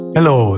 Hello